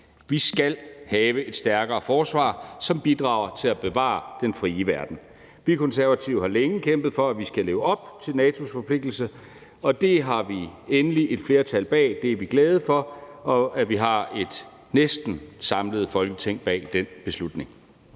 Vi skal have et stærkere forsvar, som bidrager til at bevare den frie verden. Vi Konservative har længe kæmpet for, at vi skal leve op til NATO's forpligtelser, og det har vi endelig et flertal bag, så vi er glade for, at vi har et næsten samlet Folketing bag den beslutning.